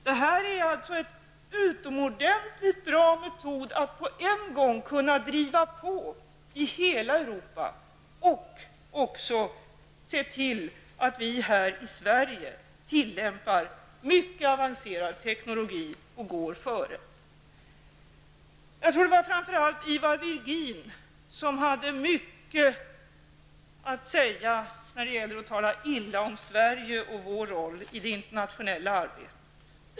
Det här är en utomordentligt bra metod för att på en gång kunna driva på i hela Europa och också se till att vi här i Sverige tillämpar mycket avancerad teknologi och går före. Jag tror att det framför allt var Ivar Virgin som hade mycket att säga när det gällde att tala illa om Sverige och vår roll i det internationella arbetet.